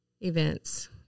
events